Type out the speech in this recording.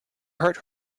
heard